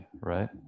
right